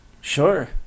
Sure